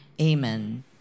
amen